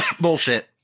Bullshit